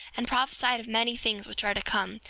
and prophesied of many things which are to come,